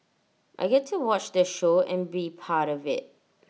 I get to watch the show and be part of IT